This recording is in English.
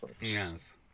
Yes